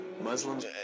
Muslims